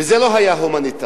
וזה לא היה הומניטרי.